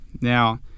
Now